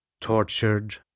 tortured